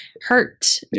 hurt